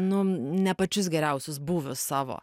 nu ne pačius geriausius būvius savo